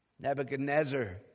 Nebuchadnezzar